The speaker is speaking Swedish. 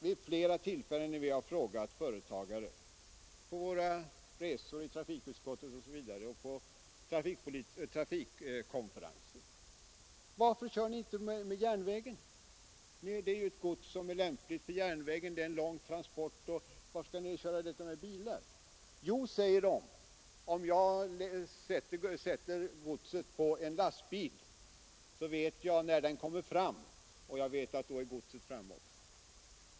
Vid flera tillfällen har vi frågat företagare — på våra resor med trafikutskottet och på trafikkonferenser osv. — varför de inte anlitar järnvägen, när godset är lämpligt att frakta på järnväg och det är en lång transportväg. Varför skall detta köras på bilar? Då säger de: ”Om jag sätter godset på en lastbil, vet jag när den kommer fram och jag vet att då är godset framme också.